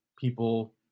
people